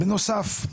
בנוסף,